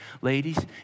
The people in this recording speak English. Ladies